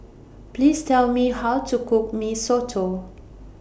Please Tell Me How to Cook Mee Soto